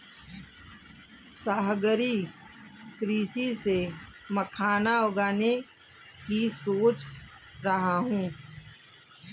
सागरीय कृषि से मखाना उगाने की सोच रहा हूं